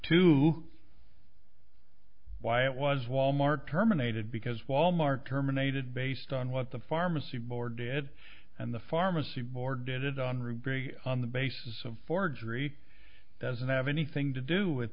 to why it was wal mart terminated because wal mart terminated based on what the pharmacy board did and the pharmacy board did it on rick perry on the basis of forgery doesn't have anything to do with